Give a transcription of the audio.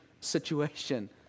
situation